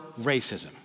racism